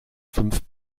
fünf